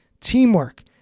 teamwork